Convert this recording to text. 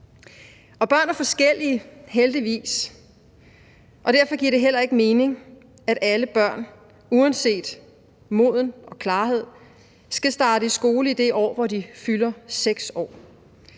Børn er forskellige – heldigvis – og derfor giver det heller ikke mening, at alle børn uanset modenhed og parathed skal starte i skole i det år, hvor de fylder 6 år.